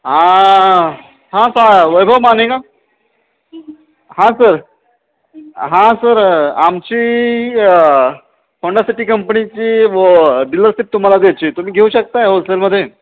हां हां का वैभव माने का हां सर हां सर आमची होंडा सिटी कंपनीची व डीलरशिप तुम्हाला द्यायची आहे तुम्ही घेऊ शकताय होलसेलमध्ये